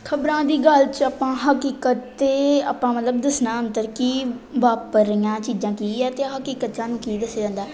ਖਬਰਾਂ ਦੀ ਗੱਲ 'ਚ ਆਪਾਂ ਹਕੀਕਤ ਤਾਂ ਆਪਾਂ ਮਤਲਬ ਦੱਸਣਾ ਅੰਤਰ ਕੀ ਵਾਪਰ ਰਹੀਆਂ ਚੀਜ਼ਾਂ ਕੀ ਹੈ ਅਤੇ ਹਕੀਕਤ ਸਾਨੂੰ ਕੀ ਦੱਸਿਆ ਜਾਂਦਾ